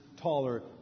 taller